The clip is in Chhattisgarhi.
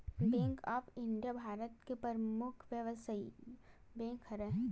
बेंक ऑफ इंडिया भारत के परमुख बेवसायिक बेंक हरय